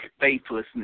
faithlessness